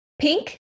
Pink